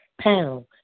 pound